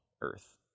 Earth